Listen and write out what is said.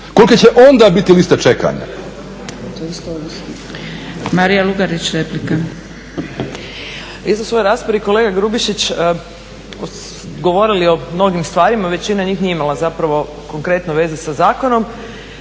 kolike će onda biti liste čekanja?